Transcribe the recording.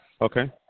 Okay